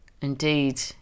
indeed